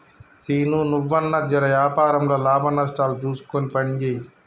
సీనూ, నువ్వన్నా జెర వ్యాపారంల లాభనష్టాలు జూస్కొని పనిజేయి